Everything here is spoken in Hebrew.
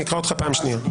אני אקרא אותך פעם שנייה.